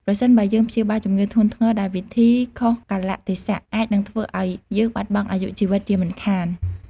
ប្រសិនបើយើងព្យាបាលជំងឺធ្ងន់ធ្ងរដោយវិធីខុសកាលៈទេសៈអាចនឹងធ្វើឱ្យយើងបាត់បង់អាយុជីវិតជាមិនខាន។